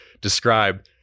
describe